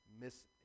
Miss